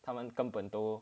他们根本都